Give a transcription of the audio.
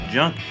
Junk